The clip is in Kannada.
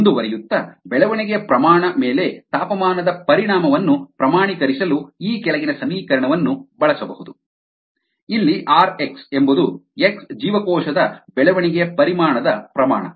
ಮುಂದುವರಿಯುತ್ತಾ ಬೆಳವಣಿಗೆಯ ಪ್ರಮಾಣ ಮೇಲೆ ತಾಪಮಾನದ ಪರಿಣಾಮವನ್ನು ಪ್ರಮಾಣೀಕರಿಸಲು ಈ ಕೆಳಗಿನ ಸಮೀಕರಣವನ್ನು ಬಳಸಬಹುದು rx kdx ಇಲ್ಲಿ rx ಎಂಬುದು x ಜೀವಕೋಶದ ಬೆಳವಣಿಗೆಯ ಪರಿಮಾಣದ ಪ್ರಮಾಣ